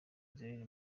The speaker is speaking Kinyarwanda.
israel